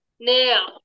Now